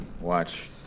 watch